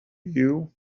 you